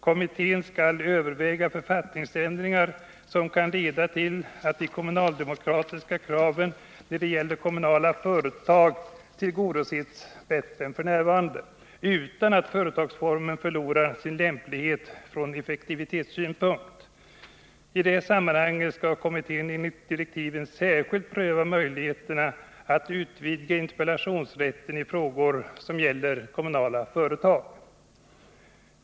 Kommittén skall överväga författningsändringar som kan leda till att de kommunaldemokratiska kraven när det gäller kommunala företag tillgodoses bättre än f.n. utan att företagsformen förlorar sin lämplighet från effektivitetssynpunkt. I det sammanhanget skall kommittén enligt direktiven särskilt pröva möjligheterna att utvidga interpellationsrätten i frågor som gäller kommunala företag.